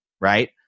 right